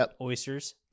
oysters